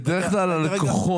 בדרך כלל הלקוחות,